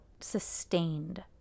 sustained